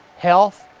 health,